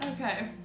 Okay